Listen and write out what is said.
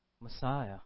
Messiah